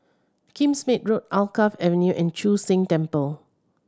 Kingsmead Road Alkaff Avenue and Chu Sheng Temple